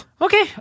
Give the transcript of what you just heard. Okay